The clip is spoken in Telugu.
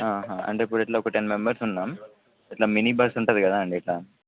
అంటే ఇప్పుడు ఇట్లా ఒక టెన్ మెంబెర్స్ ఉన్నాం ఇట్లా మిని బస్ ఉంటుంది కదా అండి ఇట్లా